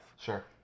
Sure